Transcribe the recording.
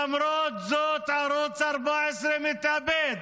ולמרות זאת ערוץ 14 מתאבד